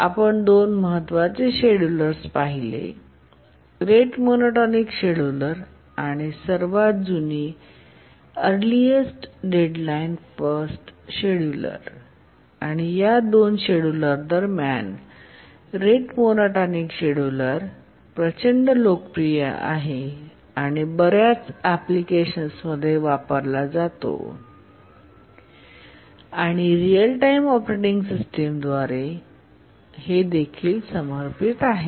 आपण दोन महत्त्वाचे शेड्यूलर्स पाहिले रेट मोनोटोनिक शेड्यूलर आणि सर्वात जुनी एअरलिस्ट डेडलाईन फर्स्ट शेड्यूलर आणि या दोन शेड्युलर दरम्यान रेट मोनोटोनिक शेड्युलर प्रचंड लोकप्रिय आहे आणि बर्याच एप्लिकेशन्स मध्ये वापरला जातो आणि रीअल टाइम ऑपरेटिंग सिस्टम द्वारे देखील समर्थित आहे